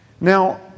Now